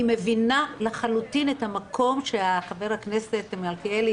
אני מבינה לחלוטין את המקום שחבר הכנסת מלכיאלי,